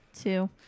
two